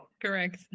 Correct